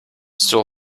still